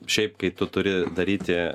šiaip kai tu turi daryti